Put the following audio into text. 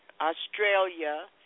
Australia